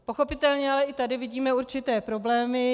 Pochopitelně ale i tady vidíme určité problémy.